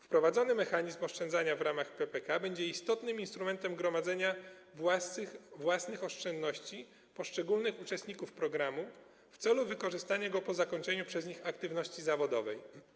Wprowadzony mechanizm oszczędzania w ramach PPK będzie istotnym instrumentem gromadzenia własnych oszczędności poszczególnych uczestników programu w celu wykorzystania ich po zakończeniu przez nich aktywności zawodowej.